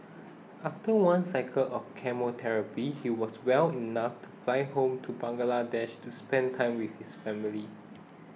after one cycle of chemotherapy he was well enough to fly home to Bangladesh to spend time with his family